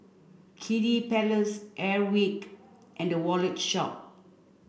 Kiddy Palace Airwick and The Wallet Shop